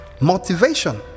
Motivation